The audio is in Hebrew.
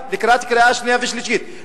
בקריאה שנייה, לקראת קריאה שנייה ושלישית.